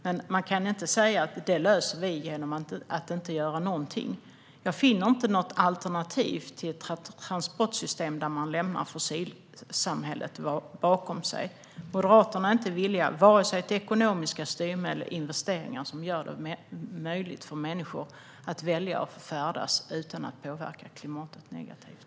Men man kan inte säga: Detta löser vi genom att inte göra någonting. Jag finner inte något alternativ till ett transportsystem där man lämnar fossilsamhället bakom sig. Moderaterna är inte villiga till vare sig ekonomiska styrmedel eller investeringar som gör det möjligt för människor att välja att färdas utan att påverka klimatet negativt.